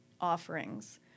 offerings